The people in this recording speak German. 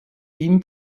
ihm